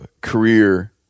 career